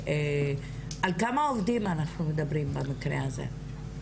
על כמה עובדים אנחנו מדברים במקרה הזה?